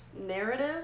narrative